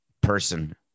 person